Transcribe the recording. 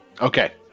Okay